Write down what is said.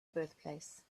birthplace